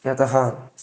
यतः